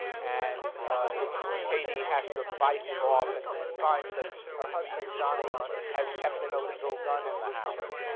and katie has to fight him off and and finds that her husband johnny has kept an illegal gun in the house.